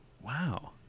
Wow